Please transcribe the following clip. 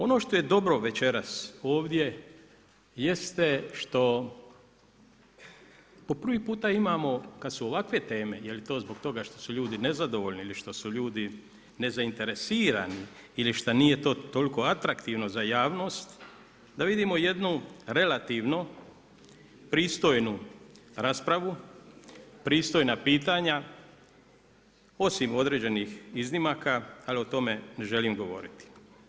Ono što je dobro večeras ovdje jeste što po prvi imamo kad su ovakve teme, je li to zbog toga što su ljudi nezadovoljni ili što su ljudi nezainteresirani ili šta nije to toliko atraktivno za javnost, da vidimo jednu relativnu, pristojnu raspravu, pristojna pitanja osim određenih iznimaka ali o tome ne želim govoriti.